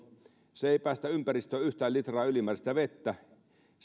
ne eivät päästä ympäristöön yhtään litraa ylimääräistä vettä